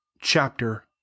Chapter